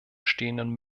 stehenden